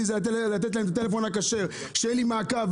הוא לתת לו טלפון כשר כדי שיהיה לי מעקב.